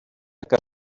que